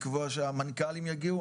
לקבוע שהמנכ"לים יגיעו,